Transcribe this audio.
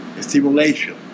stimulation